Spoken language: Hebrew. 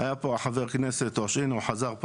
היה פה חבר כנסת, והנה הוא חזר.